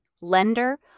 lender